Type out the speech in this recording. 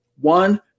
One